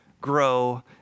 grow